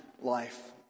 life